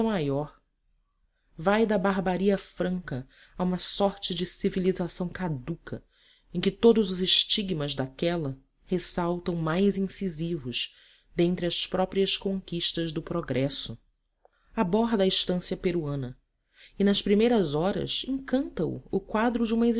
maior vai da barbaria franca a uma sorte de civilização caduca em que todos os estigmas daquela ressaltam mais incisivos dentre as próprias conquistas do progresso aborda a estância peruana e nas primeiras horas encanta o o quadro de uma